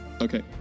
Okay